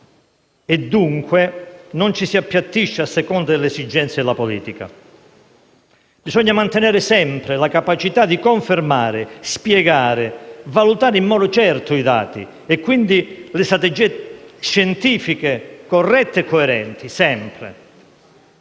e dunque non ci si appiattisce a seconda delle esigenze della politica. Bisogna mantenere sempre la capacità di confermare, spiegare, valutare in modo certo i dati, e, quindi, le strategie scientifiche corrette e coerenti.